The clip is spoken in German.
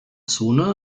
zone